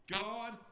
God